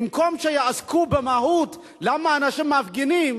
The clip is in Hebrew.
במקום שיעסקו במהות למה אנשים מפגינים,